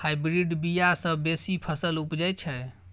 hybrid बीया सँ बेसी फसल उपजै छै